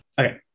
okay